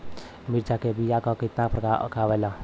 मिर्चा के बीया क कितना प्रकार आवेला?